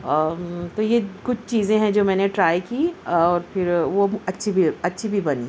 تو یہ کچھ چیزیں ہیں جو میں نے ٹرائی کی اور پھر وہ اچھی بھی اچھی بھی بنی